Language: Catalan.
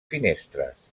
finestres